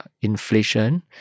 inflation